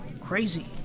crazy